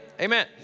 amen